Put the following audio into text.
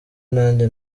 nanjye